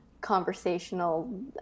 conversational